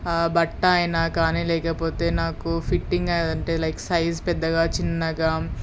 బట్ట అయినా కానీ లేకపోతే నాకు ఫిట్టింగ్ అంటే లైక్ సైజ్ పెద్దదిగా చిన్నదిగా